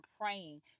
praying